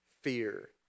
fear